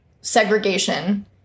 segregation